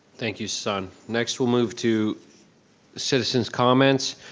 thank you sasan. next we'll move to citizens comments.